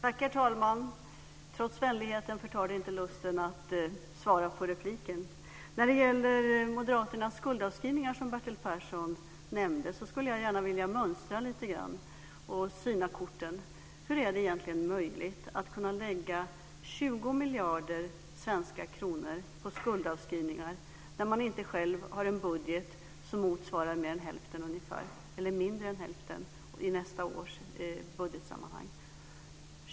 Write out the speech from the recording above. Herr talman! Den visade vänligheten förtar inte lusten att svara på repliken. Jag skulle gärna lite grann vilja syna korten när det gäller moderaternas skuldavskrivningar, som Bertil Persson nämnde. Hur är det egentligen möjligt att man vill lägga 20 miljarder svenska kronor på skuldavskrivningar när den budget som man själv har för nästa år ligger på mindre än hälften härav?